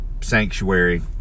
sanctuary